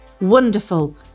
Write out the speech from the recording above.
Wonderful